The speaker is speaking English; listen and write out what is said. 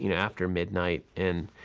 you know after midnight. and,